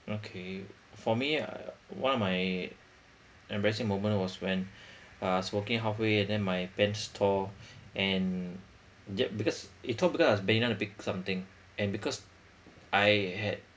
okay for me uh one of my embarrassing moment was when I was working halfway and then my pants tore and get because it tore because I was bending down to pick something and because I had